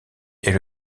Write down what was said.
est